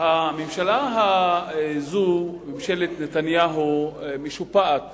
הממשלה הזאת, ממשלת נתניהו, משופעת